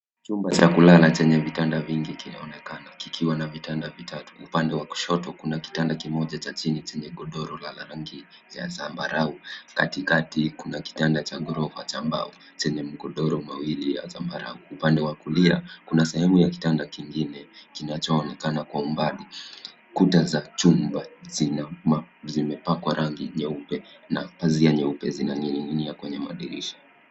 Chumba cha kulala chenye vitanda vingi kinaonekana kikiwa na vitanda vitatu. Upande wa kushoto kuna kitanda kimoja cha chini chenye godoro la rangi ya zambarau. Katikakati kuna kitanda cha gorofa cha mbao chenye magodoro mawili ya zambarau. Upande wa kulia kuna sehemu ya kitanda kingine, kinachoonekana kwa umbali. Kuta za chumba zimepakwa rangi nyeupe na pazia nyeupe zinaning'inia kwenye madirisha.